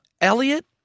Elliot